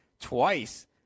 twice